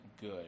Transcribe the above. good